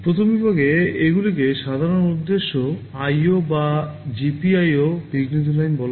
প্রথম বিভাগে এগুলিকে সাধারণ উদ্দেশ্যে IO বা GPIO বিঘ্নিত লাইন বলা হয়